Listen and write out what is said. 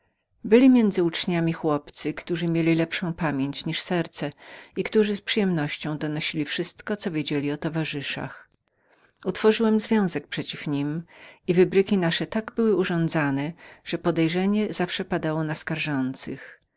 byli między uczniami chłopcy którzy mieli lepszą pamięć niż serce i którzy z przyjemnością donosili wszystko co wiedzieli o towarzyszach utworzyłem związek przeciw nim i wybryki nasze tak były urządzone że podejrzenie zawsze padało na tych